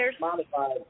modified